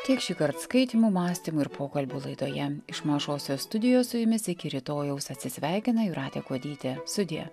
tiek šįkart skaitymų mąstymų ir pokalbių laidoje iš mažosios studijos su jumis iki rytojaus atsisveikina jūratė kuodytė sudie